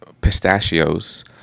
pistachios